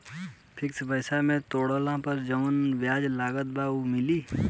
Fix पैसा के तोड़ला पर जवन ब्याज लगल बा उ मिली?